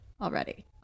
already